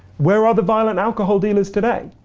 where are the violent alcohol dealers today?